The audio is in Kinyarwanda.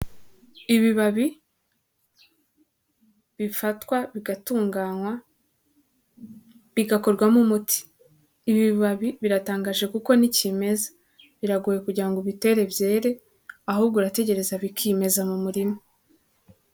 Ibibabi bifatwa bigatunganywa bigakorwamo umuti, ibibabi biratangaje kuko nikimeze biragoye kugira ngo ubitere byere ahubwo urategereza bikimeza mu murima.